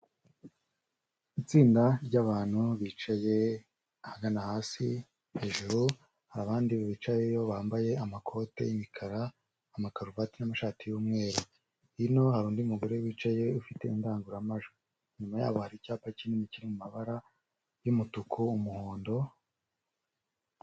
Itsinda ry'abantu bicaye ahagana hasi hejuru hari abandi bicayeyo bambaye amakoti y'umukara amakaruvati n'amashati y'umweru, hino hari undi mugore wicaye ufite indangurumajwi, inyuma yabo hari icyapa kininikiri mu mabara y'umutuku umuhondo.